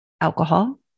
alcohol